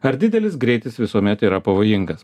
ar didelis greitis visuomet yra pavojingas